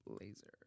laser